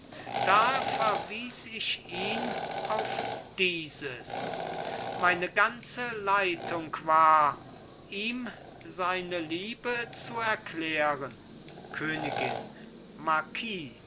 da verwies ich ihn auf dieses meine ganze leitung war ihm seine liebe zu erklären königin